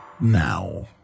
now